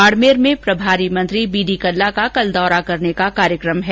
बाड़मेर में प्रभारी मंत्री बी डी कल्ला का कल दौरा करने का कार्यक्रम है